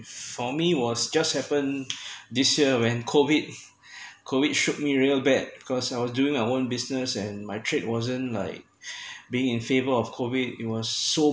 for me was just happen this year when COVID COVID shoot me real bad cause I was doing my own business and my trade wasn't like being in favor of COVID it was so